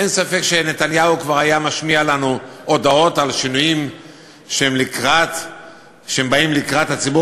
אין ספק שנתניהו כבר היה משמיע לנו הודעות על שינויים שבאים לקראת הציבור